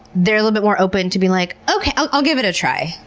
they're a little bit more open to be like, okay, i'll i'll give it a try.